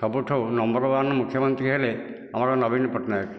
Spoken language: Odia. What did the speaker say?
ସବୁଠାରୁ ନମ୍ବର ୱାନ୍ ମୁଖ୍ୟମନ୍ତ୍ରୀ ହେଲେ ଆମର ନବୀନ ପଟ୍ଟନାୟକ